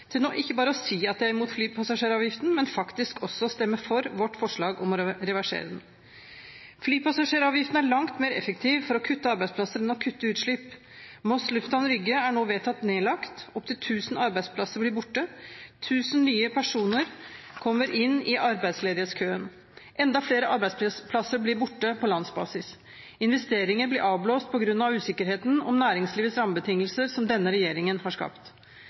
ikke bare å si at de er imot flypassasjeravgiften, men faktisk også stemme for vårt forslag om å reversere den. Flypassasjeravgiften er langt mer effektiv for å kutte arbeidsplasser enn å kutte utslipp. Moss Lufthavn Rygge er nå vedtatt nedlagt. Opptil 1 000 arbeidsplasser blir borte. 1 000 nye personer kommer inn i arbeidsledighetskøen. Enda flere arbeidsplasser blir borte på landsbasis. Investeringer blir avblåst på grunn av den usikkerheten om næringslivets rammebetingelser som denne regjeringen har skapt.